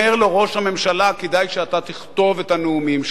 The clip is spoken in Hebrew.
אומר לו ראש הממשלה: כדאי שאתה תכתוב את הנאומים שלך.